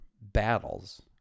battles